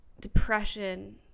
depression